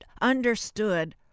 understood